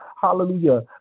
hallelujah